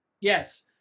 yes